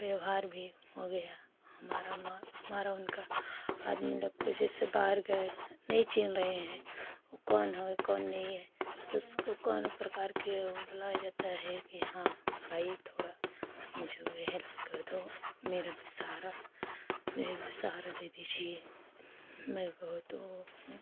व्यवहार भी हो गया हमारा मा हमारा उनका आदमी लोग को जैसे बाहर गए नहीं चीन्ह रहे हैं वो कौन होए कौन नहीं है तो उसको कौनो प्रकार के वो बोलाया जाता है कि हाँ भाई थोड़ा मुझे वह हेल्प कर दो मेरा भी सहारा मुझे भी सहारा दे दीजिए मैं बहुत वह हूँ